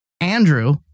Andrew